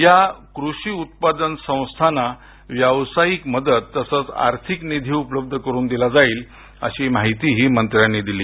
या कृषी उत्पादन संस्थाना व्यावसाईक आणि आर्थिक निधी उपलब्ध करून दिला जाईल अशी माहितीही मंत्र्यांनी दिली